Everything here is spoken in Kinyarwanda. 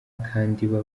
kandi